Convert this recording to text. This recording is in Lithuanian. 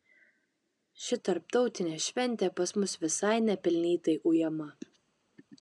ši tarptautinė šventė pas mus visai nepelnytai ujama